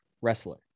wrestler